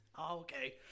Okay